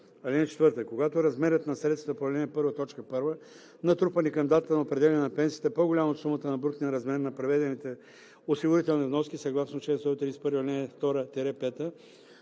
ал. 2 – 5. (4) Когато размерът на средствата по ал. 1, т. 1, натрупани към датата на определяне на пенсията, е по-голям от сумата на брутния размер на преведените осигурителни вноски съгласно чл. 131,